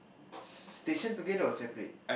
station together or separate